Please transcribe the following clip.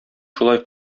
шулай